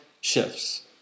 shifts